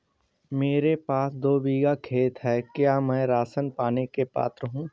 मेरे पास दो बीघा खेत है क्या मैं राशन पाने के लिए पात्र हूँ?